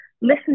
listen